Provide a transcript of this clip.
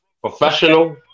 Professional